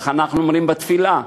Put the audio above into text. איך אנחנו אומרים בתפילה?